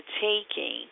taking